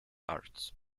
arts